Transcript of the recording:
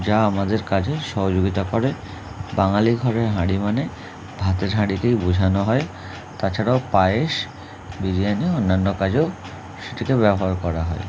যা আমাদের কাজে সহযোগিতা করে বাঙালি ঘরে হাঁড়ি মানে ভাতের হাঁড়িকেই বোঝানো হয় তাছাড়াও পায়েস বিরিয়ানি অন্যান্য কাজেও সেটিকে ব্যবহার করা হয়